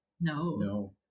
No